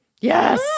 Yes